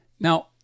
Now